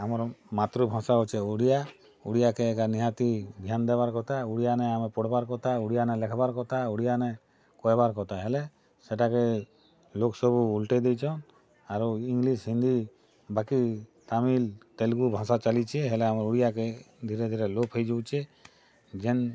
ଆମର୍ ମାତୃଭାଷା ହେଉଛେ ଓଡ଼ିଆ ଓଡ଼ିଆକେ ଏକା ନିହାତି ଧ୍ୟାନ୍ ଦେବାର୍ କଥା ଓଡ଼ିଆ ନେ ଆମେ ପଢ଼୍ବାର୍ କଥା ଓଡ଼ିଆନେ ଲେଖ୍ବାର୍ କଥା ଓଡ଼ିଆନେ କହେବାର୍ କଥା ହେଲେ ସେଟାକେ ଲୋକ୍ ସବୁ ଉଲ୍ଟେଇ ଦେଇଛନ୍ ଆରୁ ଇଂଗ୍ଲିଶ୍ ହିନ୍ଦି ବାକି ତାମିଲ୍ ତେଲ୍ଗୁ ଭାଷା ଚାଲିଛେ ହେଲେ ଆମର୍ ଓଡ଼ିଆକେ ଧୀରେ ଧୀରେ ଲୋପ୍ ହେଇଯାଉଛେ ଯେନ୍